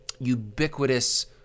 ubiquitous